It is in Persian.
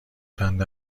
چند